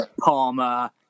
Palmer